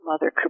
Mother